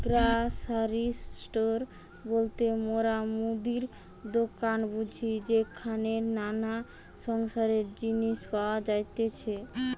grocery store বলতে মোরা মুদির দোকান বুঝি যেখানে নানা সংসারের জিনিস পাওয়া যাতিছে